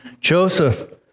Joseph